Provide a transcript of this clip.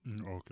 Okay